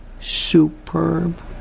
Superb